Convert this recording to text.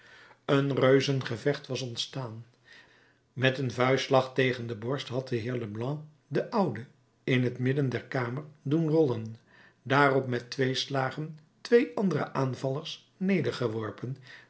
een reuzengevecht was ontstaan met een vuistslag tegen de borst had de heer leblanc den oude in het midden der kamer doen rollen daarop met twee slagen twee andere aanvallers